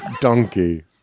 Donkey